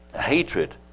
Hatred